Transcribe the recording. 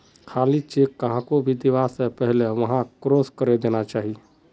खाली चेक कहाको भी दीबा स पहले वहाक क्रॉस करे देना चाहिए